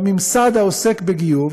בממסד העוסק בגיור,